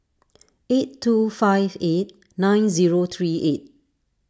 eight two five eight nine zero three eight